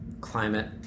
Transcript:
climate